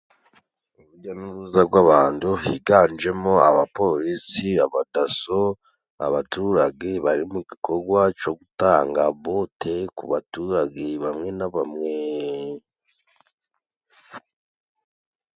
Urujya n'uruza gw'abandu higanjemo abapolisi, abadaso, abaturage bari mu gikogwa co gutanga bote ku baturage bamwe na bamwe.